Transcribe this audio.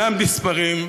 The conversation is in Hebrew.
אינם נספרים.